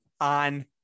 on